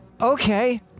okay